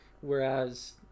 Whereas